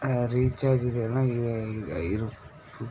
recharge